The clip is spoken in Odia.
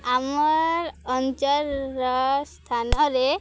ଆମର୍ ଅଞ୍ଚଳର ସ୍ଥାନରେ